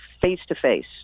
face-to-face